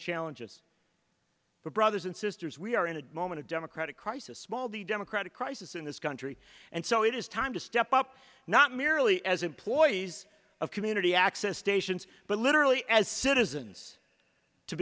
challenges for brothers and sisters we are in a moment of democratic crisis small the democratic crisis in this country and so it is time to step up not merely as employees of community access stations but literally as citizens to